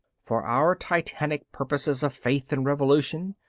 for our titanic purposes of faith and revolution,